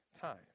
time